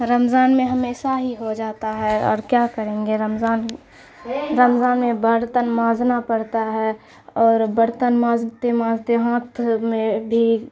رمضان میں ہمیشہ ہی ہو جاتا ہے اور کیا کریں گے رمضان رمضان میں برتن مانجھنا پڑتا ہے اور برتن مانجھتے مانجھتے ہاتھ میں بھی